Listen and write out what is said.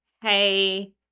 hey